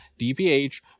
DPH